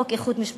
חוק איחוד משפחות.